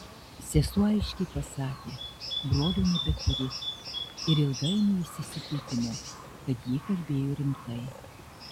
sesuo aiškiai pasakė brolio nebeturi ir ilgainiui jis įsitikino kad ji kalbėjo rimtai